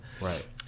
right